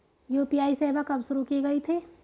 UPI सेवा कब शुरू की गई थी?